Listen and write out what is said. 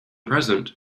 present